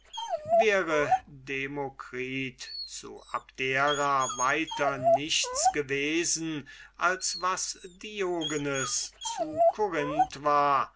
wäre demokritus zu abdera weiter nichts gewesen als was diogenes zu korinth war